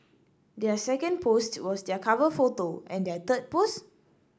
their second post was their cover photo and their third post